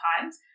times